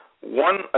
One